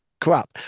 crap